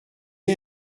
est